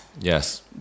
Yes